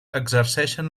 exerceixen